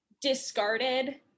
discarded